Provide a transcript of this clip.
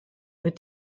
but